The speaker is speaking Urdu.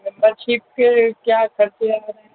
میمبرشپ کے کیا خرچے آ رہے ہیں